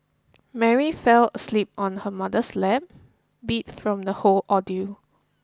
Mary fell asleep on her mother's lap beat from the whole ordeal